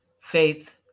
Faith